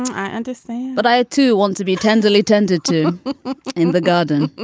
i understand. but i, too, want to be tenderly tended to in the garden.